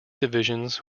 divisions